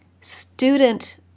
student